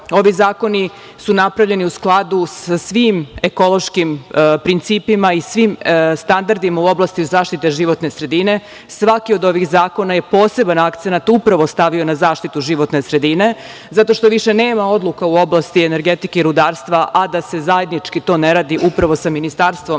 Ovi zakoni su napravljeni u skladu sa svim ekološkim principima i svim standardima u oblasti životne sredine, svaki od ovih zakona je poseban akcenat upravo stavio na zaštitu životne sredine, zato što više nema odluka u oblasti energetike i rudarstva, a da se zajednički to ne radi, upravo sa Ministarstvom